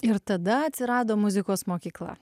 ir tada atsirado muzikos mokykla